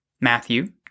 Matthew